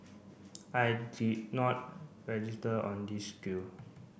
I did not register on this skill